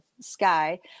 Sky